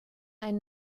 ein